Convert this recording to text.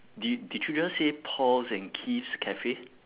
di~ did you just say paul's and keith's cafe